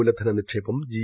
മൂലധന നിക്ഷേപം ജി